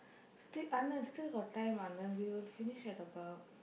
still Anand still got time Anand we will finish at about